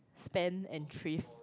spend and thrift